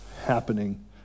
happening